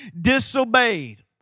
disobeyed